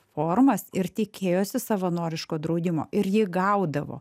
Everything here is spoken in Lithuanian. formas ir tikėjosi savanoriško draudimo ir jį gaudavo